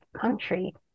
country